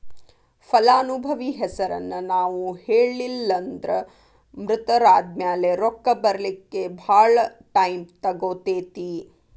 ಫಲಾನುಭವಿ ಹೆಸರನ್ನ ನಾವು ಹೇಳಿಲ್ಲನ್ದ್ರ ಮೃತರಾದ್ಮ್ಯಾಲೆ ರೊಕ್ಕ ಬರ್ಲಿಕ್ಕೆ ಭಾಳ್ ಟೈಮ್ ತಗೊತೇತಿ